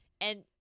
And-